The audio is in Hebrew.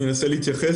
אני אנסה להתייחס,